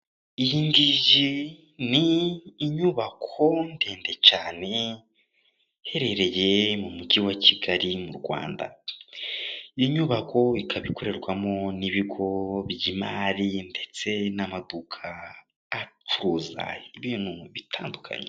Iyi ngiyi ni inyubako ndende cyane, iherereye mumugi wa Kigali mu Rwanda. Iyi nyubako ikaba ikorerwamo n'ibigo by'imari, ndetse n'amaduka acuruza ibintu bitandukanye.